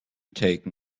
taken